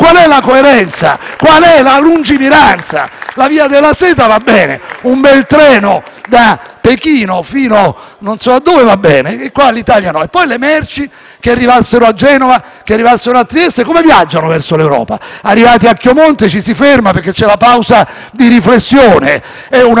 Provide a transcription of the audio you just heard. Pechino fino a non so dove va bene, ma le merci che arrivano a Genova o che arrivano a Trieste come viaggiano verso l'Europa? Arrivati a Chiomonte ci si ferma perché c'è la pausa di riflessione: è un'assurdità. Volete le connessioni a nostro svantaggio per farci colonizzare e non volete invece le connessioni